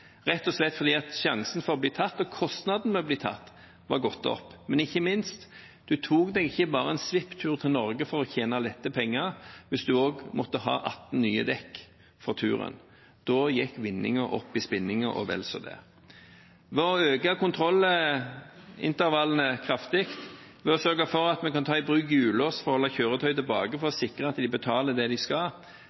rett og slett fordi sannsynligheten for å bli tatt og kostnaden ved å bli tatt var gått opp, og ikke minst: Man tok seg ikke bare en svipptur til Norge for å tjene lette penger hvis man også måtte ha atten nye dekk for turen. Da gikk vinningen opp i spinningen og vel så det. Å øke kontrollintervallene kraftig og sørge for at vi kan ta i bruk hjullås for å holde kjøretøy tilbake for å sikre at de betaler det de skal,